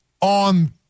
on